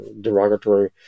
derogatory